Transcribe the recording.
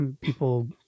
people